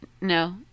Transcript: No